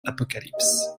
apocalypse